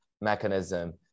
mechanism